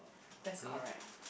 that's correct